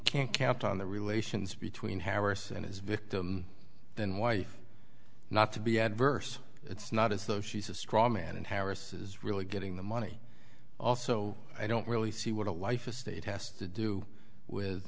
can't count on the relations between harris and his victim and wife not to be adverse it's not as though she's a straw man and harris is really getting the money also i don't really see what a life estate has to do with